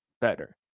better